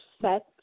set